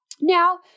now